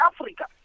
Africa